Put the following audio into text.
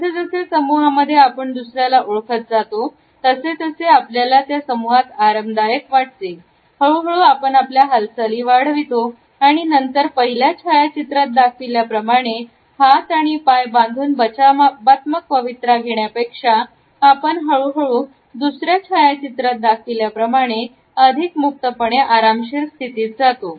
जसजसे समूहामध्ये आपण दुसऱ्याला ओळखत जातो तसे आपल्याला त्या समूहात आरामदायक वाटते हळूहळू आपण आपल्या हालचाली वाढवितो आणि नंतर पहिल्या छायाचित्रात दाखविल्याप्रमाणे हात आणि पाय बांधून बचावात्मक पवित्र घेण्यापेक्षा आपण हळूहळू दुसऱ्या छायाचित्रात दाखविल्याप्रमाणे अधिक मुक्तपणे आरामशीर स्थितीत जातो